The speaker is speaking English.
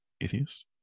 atheist